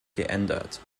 geändert